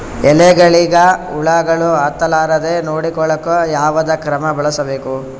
ಎಲೆಗಳಿಗ ಹುಳಾಗಳು ಹತಲಾರದೆ ನೊಡಕೊಳುಕ ಯಾವದ ಕ್ರಮ ಬಳಸಬೇಕು?